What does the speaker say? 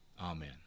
Amen